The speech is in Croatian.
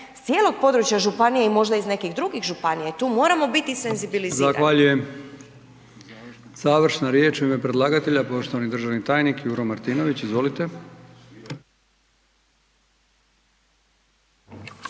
s cijelog područja županije i možda iz nekih drugih županija i tu moramo biti senzibilizirani.